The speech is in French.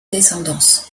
descendance